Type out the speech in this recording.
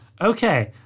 Okay